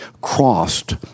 crossed